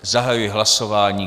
Zahajuji hlasování.